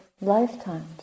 lifetimes